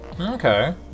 Okay